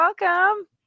Welcome